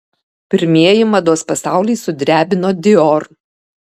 pirmieji mados pasaulį sudrebino dior